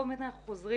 מהו באמת ביטחון,